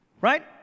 Right